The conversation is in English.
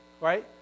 Right